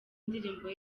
indirimbo